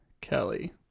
Kelly